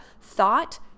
thought